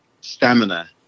stamina